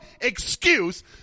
excuse